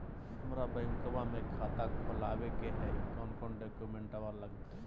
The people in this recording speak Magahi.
हमरा बैंकवा मे खाता खोलाबे के हई कौन कौन डॉक्यूमेंटवा लगती?